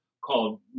called